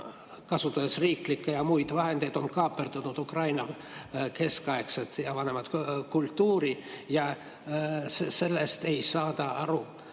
kasutades riiklikke ja muid vahendeid, on kaaperdanud Ukraina keskaegse ja vanema kultuuri ning sellest ei saada ka